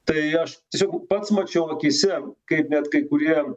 tai aš tesiog pats mačiau akyse kaip net kai kurie